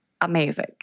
amazing